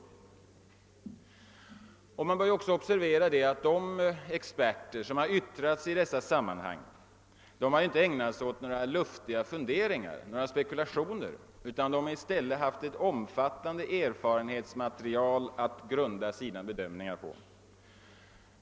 Man bör också observera att de experter som yttrat sig i dessa sammanhang inte har ägnat sig åt några luftiga spekulationer utan i stället haft ett omfattande erfarenhetsmaterial att grunda sina bedömningar på.